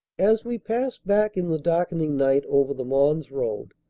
as we pass back in the darkening night over the mons road,